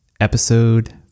Episode